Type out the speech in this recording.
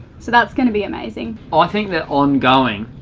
so that's gonna be amazing. i think that ongoing,